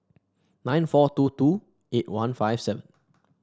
nine four two two eight one five seven